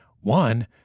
One